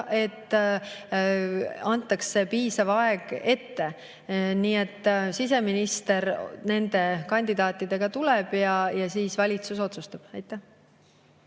et antakse piisav aeg ette. Nii et siseminister nende kandidaatidega tuleb ja siis valitsus otsustab. Jaak